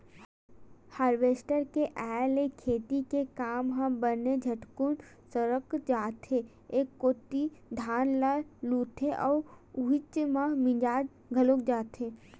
harvester के आय ले खेती के काम ह बने झटकुन सरक जाथे एक कोती धान ल लुथे अउ उहीच म मिंजा घलो जथे